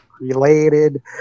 related